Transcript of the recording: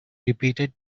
repeated